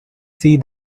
see